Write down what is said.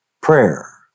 Prayer